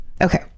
okay